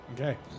Okay